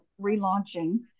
relaunching